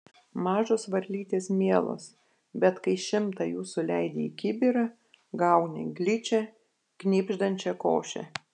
mažos varlytės mielos bet kai šimtą jų suleidi į kibirą gauni gličią knibždančią košę